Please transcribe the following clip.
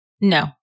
No